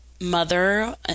mother